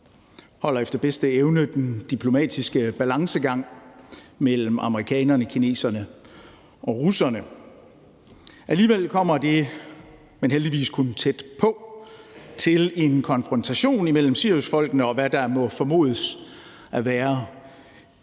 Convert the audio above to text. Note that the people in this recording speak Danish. holder efter bedste evne den diplomatiske balancegang mellem amerikanerne, kineserne og russerne. Alligevel kommer det heldigvis kun tæt på en konfrontation mellem Siriusfolkene, og hvad der må formodes at være